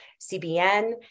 CBN